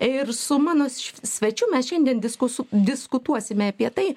ir su mano svečiu mes šiandien diskusu diskutuosime apie tai